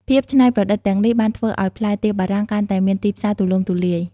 ភាពច្នៃប្រឌិតទាំងនេះបានធ្វើឱ្យផ្លែទៀបបារាំងកាន់តែមានទីផ្សារទូលំទូលាយ។